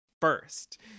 first